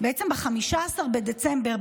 ב-15 בדצמבר,